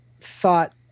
thought